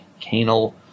canal